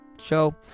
show